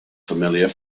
familiar